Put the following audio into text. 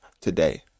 today